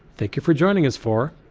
thank you for joining us for,